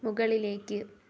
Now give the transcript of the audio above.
മുകളിലേക്ക്